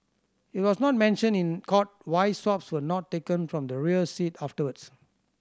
it was not mentioned in court why swabs were not taken from the rear seat afterwards